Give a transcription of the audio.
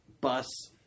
bus